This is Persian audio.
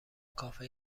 کافه